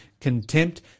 contempt